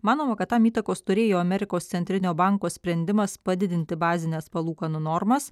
manoma kad tam įtakos turėjo amerikos centrinio banko sprendimas padidinti bazines palūkanų normas